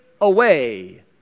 away